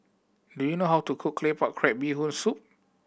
do you know how to cook Claypot Crab Bee Hoon Soup